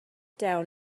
down